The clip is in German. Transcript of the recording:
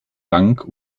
dank